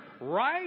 right